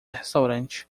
restaurante